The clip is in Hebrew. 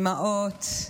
אימהות,